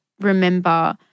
remember